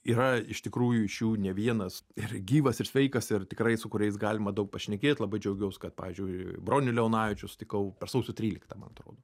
yra iš tikrųjų iš jų ne vienas ir gyvas ir sveikas ir tikrai su kuriais galima daug pašnekėt labai džiaugiaus kad pavyzdžiui bronių leonavičių sutikau per sausio tryliktą man atrodo